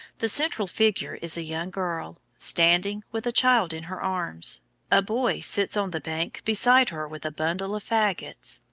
the central figure is a young girl, standing, with a child in her arms a boy sits on the bank beside her with a bundle of fagots.